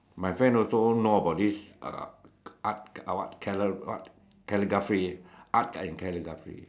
my friend also know about this uh art uh what cali~ what calligraphy art and calligraphy